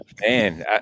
man